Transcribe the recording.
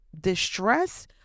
distress